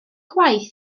gwaith